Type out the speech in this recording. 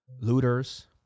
looters